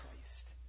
Christ